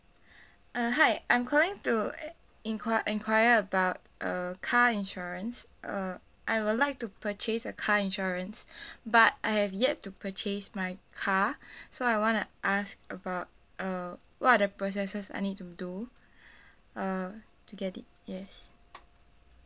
uh hi I'm calling to enquire enquire about uh car insurance uh I would like to purchase a car insurance but I have yet to purchase my car so I want to ask about uh what are the processes I need to do uh to get it yes